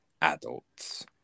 adults